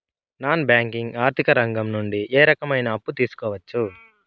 Non banking ఆర్థిక రంగం నుండి ఏ రకమైన అప్పు తీసుకోవచ్చు?